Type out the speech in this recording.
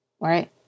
Right